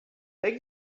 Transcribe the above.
take